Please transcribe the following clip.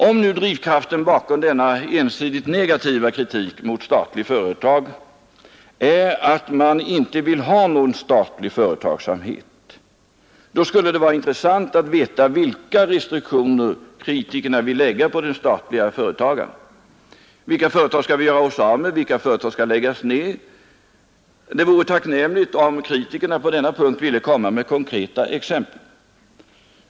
Om nu drivkraften bakom denna ensidigt negativa kritik mot statlig företagsamhet är att man inte vill ha några statliga företag, då skulle det vara intressant att få veta vilka restriktioner kritikerna vill lägga på den statlige företagaren. Vilka företag skall vi göra oss av med? Vilka företag skall läggas ner? Det vore tacknämligt om kritikerna på denna punkt ville komma med konkreta exempel.